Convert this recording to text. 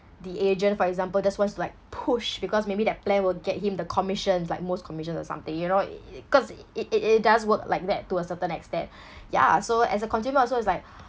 the agent for example just wants like push because maybe that plan will get him the commissions like most commissions or something you know i~ it cause it it it does work like that to a certain extent ya so as a consumer also it's like